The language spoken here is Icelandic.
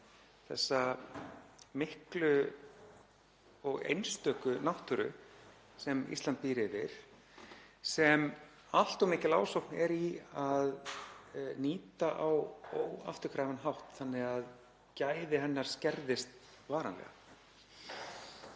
þessa miklu og einstöku náttúru sem Ísland býr yfir sem allt of mikil ásókn er í að nýta á óafturkræfan hátt þannig að gæði hennar skerðist varanlega.